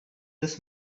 this